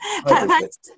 thanks